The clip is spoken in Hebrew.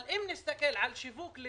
אם נסתכל על שיווק